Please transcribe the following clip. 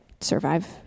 survive